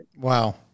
Wow